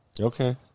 Okay